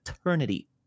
eternity